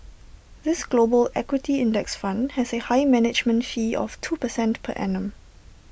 this global equity index fund has A high management fee of two percent per annum